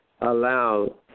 allow